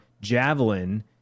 Javelin